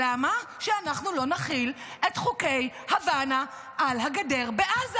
למה שאנחנו לא נחיל את חוקי הוואנה על הגדר בעזה?